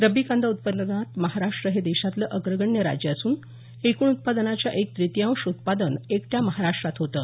रब्बी कांदा उत्पादनात महाराष्ट्र हे देशातलं अग्रगण्य राज्य असून एकूण उत्पादनाच्या एक तृतियांश उत्पादन एकट्या महाराष्ट्रात होतं